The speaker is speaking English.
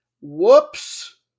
whoops